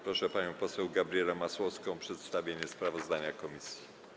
Proszę panią poseł Gabrielę Masłowską o przedstawienie sprawozdania komisji.